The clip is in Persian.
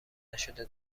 نشده